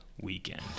weekend